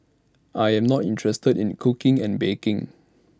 I am not interested in cooking and baking